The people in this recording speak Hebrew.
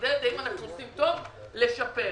מגדלת האם אנחנו עושים טוב ואם משפרים,